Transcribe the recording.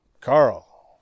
Carl